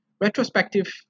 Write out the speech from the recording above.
Retrospective